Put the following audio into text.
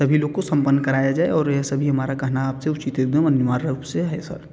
सभी लोग को सम्पन्न कराया जाए और यह सभी हमारा कहना आपसे उचित एकदम अनिवार्य रूप से है सर